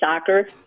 soccer